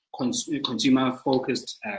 consumer-focused